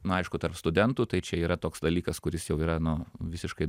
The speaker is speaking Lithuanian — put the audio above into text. na aišku tarp studentų tai čia yra toks dalykas kuris jau yra nu visiškai